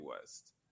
West